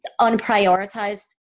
unprioritized